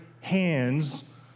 hands